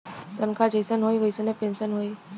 तनखा जइसन होई वइसने पेन्सन होई